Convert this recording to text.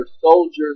soldiers